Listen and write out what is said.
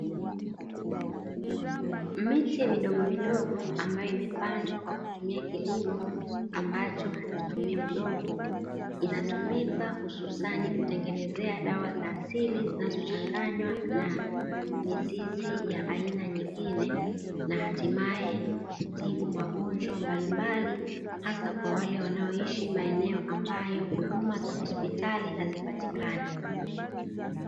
Miti mdogomidogo ambayo imepandwa kwa kutumia kilimo ambacho hakitumii udongo, inatumika hususani kutengenezea dawa za asili zinazochanganywa na mizizi ya aina nyingine na hatimaye kutibu magonjwa mbalimbali, hasa kwa wale wanaoishi maeneo ambayo huduma za hospitali hazipatikani.